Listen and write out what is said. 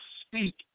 speak